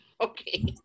okay